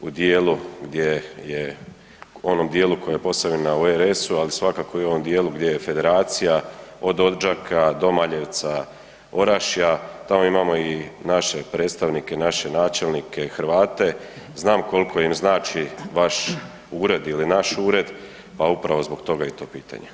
u djelu gdje je, onom djelu koja je Posavina u RS-u, ali svakako i u onom djelu gdje je federacija, od Odžaka, Domaljevca, Orašja, tamo imamo i naše predstavnike i naše načelnike i Hrvate, znam koliko im znači vaš ured ili naš ured pa upravo zbog toga i to pitanje.